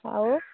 ଆଉ